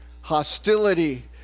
hostility